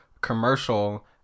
commercial